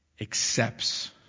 accepts